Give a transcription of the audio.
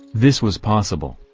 this was possible,